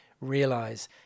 realize